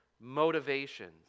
motivations